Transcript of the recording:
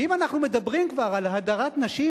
ואם אנחנו מדברים כבר על הדרת נשים,